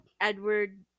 edward